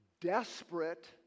desperate